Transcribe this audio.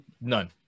None